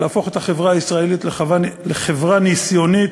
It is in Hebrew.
להפוך את החברה הישראלית לחברה ניסיונית,